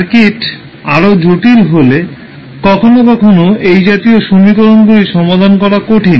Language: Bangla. সার্কিট আরও জটিল হলে কখনও কখনও এই জাতীয় সমীকরণগুলি সমাধান করা কঠিন